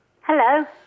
Hello